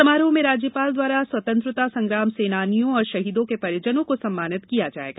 समारोह में राज्यपाल द्वारा स्वतंत्रता संग्राम सेनानियों और शहीदों के परिजनों को सम्मानित किया जायेगा